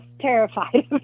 terrified